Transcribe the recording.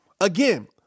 Again